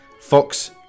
Fox